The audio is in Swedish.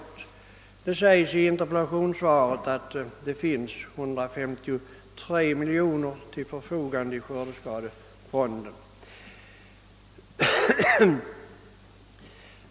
Det meddelas också i interpellationssvaret att 153 miljoner kronor står till förfogande i skördeskadefonden.